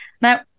now